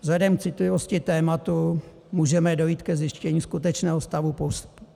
Vzhledem k citlivosti tématu můžeme dojít ke zjištění skutečného stavu